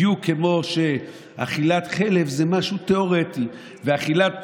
בדיוק כמו שאכילת חלב זה משהו תיאורטי ואכילת